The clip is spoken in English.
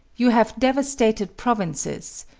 you have devastated provinces.